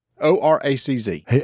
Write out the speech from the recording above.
O-R-A-C-Z